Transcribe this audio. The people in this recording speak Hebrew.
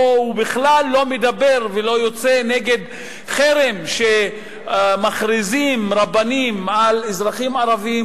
או שהוא בכלל לא מדבר ולא יוצא נגד חרם שמכריזים רבנים על אזרחים ערבים,